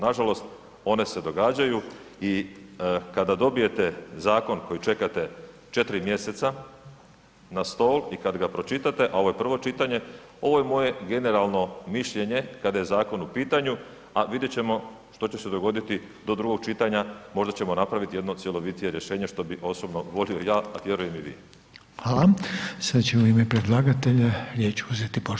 Nažalost, one se događaju i kada dobijete zakon koji čekate 4 mjeseca na stol i kad ga pročitate, ovo je prvo čitanje, ovo je moje generalno mišljenje kada je zakon u pitanju, a vidjet ćemo što će se dogoditi do drugog čitanja, možda ćemo napraviti jedno cjelovitije rješenje, što bi osobno volio ja, a vjerujem i vi.